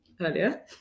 earlier